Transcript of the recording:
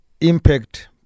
impact